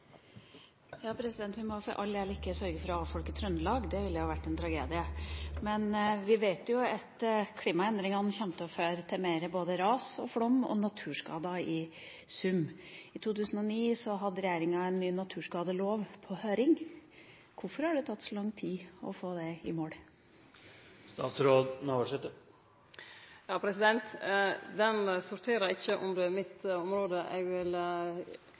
Vi må for all del ikke sørge for å avfolke Trøndelag. Det ville jo ha vært en tragedie! Vi vet at klimaendringene kommer til å føre til mer både ras og flom og naturskader i sum. I 2009 hadde regjeringa en ny naturskadelov på høring. Hvorfor har det tatt så lang tid å få den i mål? Den sorterer ikkje under mitt område. Eg må vere så ærleg å seie at eg ikkje har full oversikt over saksgangen i